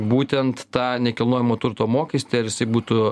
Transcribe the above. būtent tą nekilnojamo turto mokestį ar jisai būtų